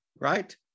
right